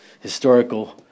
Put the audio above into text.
historical